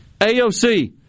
AOC